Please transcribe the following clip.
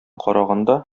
караганда